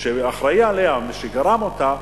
שאחראי עליה, מי שגרם אותה,